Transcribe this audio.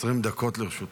20 דקות לרשותך.